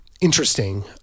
interesting